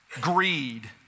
greed